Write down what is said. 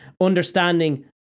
Understanding